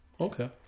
Okay